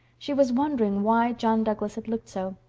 she was wondering why john douglas had looked so.